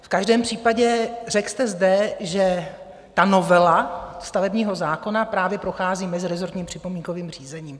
V každém případě jste zde řekl, že novela stavebního zákona právě prochází mezirezortním připomínkovým řízením.